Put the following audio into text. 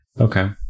Okay